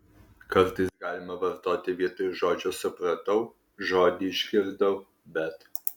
kartais galima vartoti vietoj žodžio supratau žodį išgirdau bet